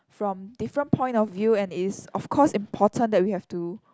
from different point of view and is of course important that we have to